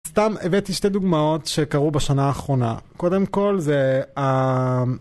סתם הבאתי שתי דוגמאות שקרו בשנה האחרונה קודם כל זה.